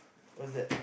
what's that